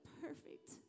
perfect